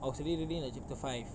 I was already reading like chapter five